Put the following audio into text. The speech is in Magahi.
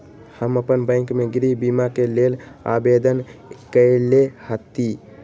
हम अप्पन बैंक में गृह बीमा के लेल आवेदन कएले हति